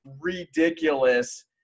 ridiculous